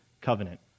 Covenant